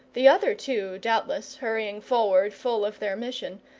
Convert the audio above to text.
the other two, doubtless, hurrying forward full of their mission,